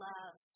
Love